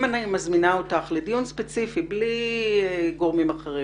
אם אני מזמינה אותך לדיון ספציפי בלי גורמים אחרים,